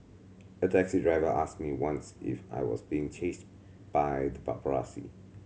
a taxi driver asked me once if I was being chased by the paparazzi